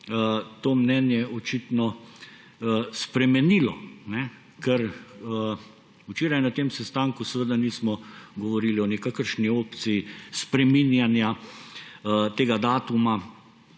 to mnenje očitno spremenilo, ker včeraj na tem sestanku seveda nismo govorili o nikakršni opciji spreminjanja tega datuma